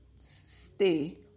stay